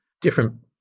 different